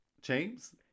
James